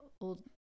old